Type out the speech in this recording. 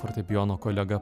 fortepijono kolega